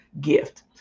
gift